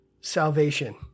salvation